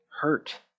hurt